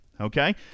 okay